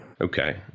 Okay